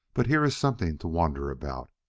but here is something to wonder about.